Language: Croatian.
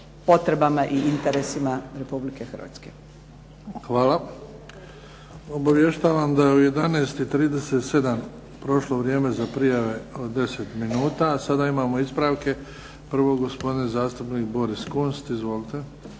potrebama i interesima Republike Hrvatske. **Bebić, Luka (HDZ)** Hvala. Obavještavam da je u 11,37 prošlo vrijeme za prijave od 10 minuta. Sada imamo ispravke. Prvo gospodin zastupnik Boris KUnst izvolite.